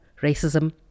racism